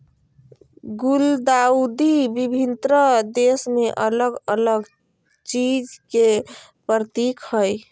गुलदाउदी विभिन्न देश में अलग अलग चीज के प्रतीक हइ